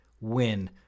win